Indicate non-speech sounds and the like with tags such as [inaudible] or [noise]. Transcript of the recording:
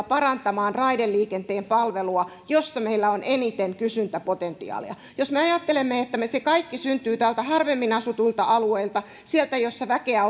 [unintelligible] parantamaan raideliikenteen palvelua niillä alueilla joilla meillä on eniten kysyntäpotentiaalia jos me me ajattelemme että se kaikki syntyy harvemmin asutuilta alueilta sieltä missä väkeä [unintelligible]